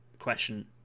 Question